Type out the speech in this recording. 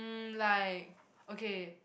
mm like okay